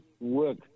work